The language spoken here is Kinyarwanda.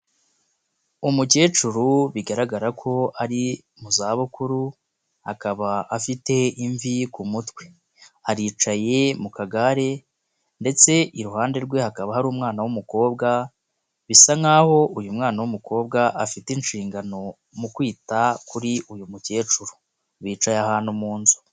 Umukecuru bigaragara ko ari mu zabukuru, akaba afite imvi ku mutwe, aricaye mu kagare, ndetse iruhande rwe hakaba hari umwana w'umukobwa, bisa nkaho uyu mwana w'umukobwa afite inshingano mu kwita kuri uyu mukecuru, bicaye ahantu mu nzu.